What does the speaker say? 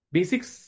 Basics